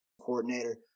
coordinator